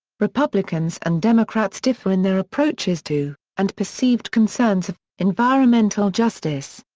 republicans and democrats differ in their approaches to, and perceived concerns of, environmental justice.